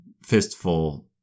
Fistful